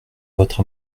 votre